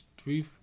three